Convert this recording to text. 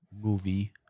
movie